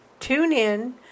TuneIn